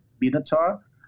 Minotaur